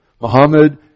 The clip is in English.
Muhammad